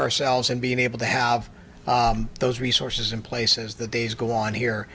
ourselves and being able to have those resources in place as the days go on here